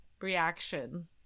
reaction